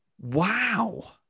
Wow